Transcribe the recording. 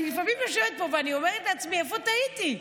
אני לפעמים יושבת פה ואני אומרת לעצמי: איפה טעיתי?